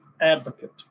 advocate